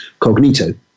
Cognito